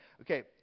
Okay